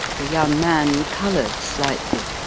the young man coloured slightly.